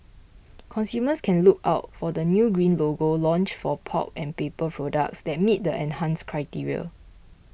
consumers can look out for the new green logo launched for pulp and paper products that meet the enhanced criteria